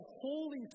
holy